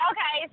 Okay